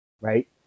right